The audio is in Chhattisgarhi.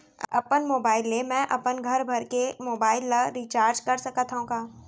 अपन मोबाइल ले मैं अपन घरभर के मोबाइल ला रिचार्ज कर सकत हव का?